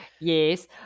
Yes